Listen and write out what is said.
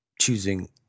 choosing